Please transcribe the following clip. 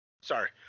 sorry